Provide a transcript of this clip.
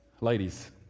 Ladies